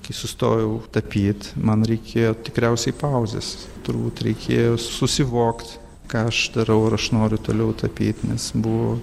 kai sustojau tapyt man reikėjo tikriausiai pauzės turbūt reikėjo susivokt ką aš darau ar aš noriu toliau tapyt nes buvo